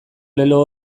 lelo